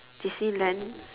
Disneyland